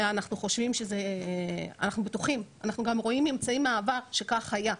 אנחנו בטוחים שזה אנחנו גם רואים ממצאים מהעבר שכך היה,